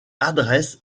adresse